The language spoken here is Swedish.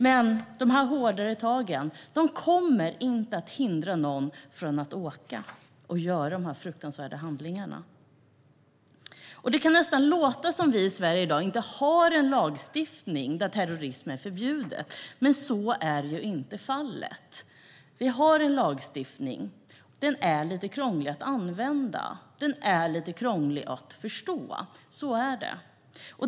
Men de hårdare tagen kommer inte att hindra någon från att resa och begå dessa fruktansvärda handlingar. Det kan nästan låta som att vi i Sverige i dag inte har en lagstiftning som förbjuder terrorism. Men så är ju inte fallet. Vi har en lagstiftning. Den är lite krånglig att använda och förstå.